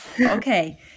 Okay